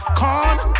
come